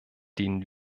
denen